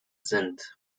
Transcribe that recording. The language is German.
sind